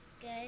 Good